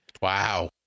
Wow